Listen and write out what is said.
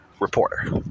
reporter